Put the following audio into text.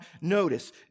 notice